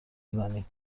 بزنی